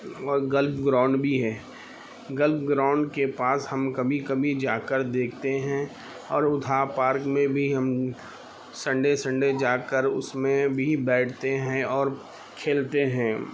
اور golf ground بھی ہے گلف گراؤنڈ کے پاس ہم کبھی کبھی جا کر دیکھتے ہیں اور اودھا پارک میں بھی ہم سنڈے سنڈے جا کر اس میں بھی بیٹھتے ہیں اور کھیلتے ہیں